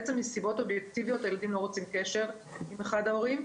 מסיבות אובייקטיביות הילדים לא רוצים קשר עם אחד ההורים,